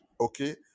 okay